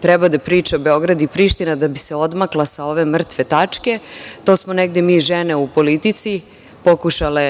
treba da priča Beograd i Priština, da bi se odmakla sa ove mrtve tačke. To smo negde mi žene u politici pokušale